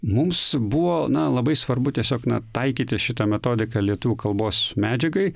mums buvo labai svarbu tiesiog na taikyti šitą metodiką lietuvių kalbos medžiagai